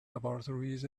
laboratories